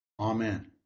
Amen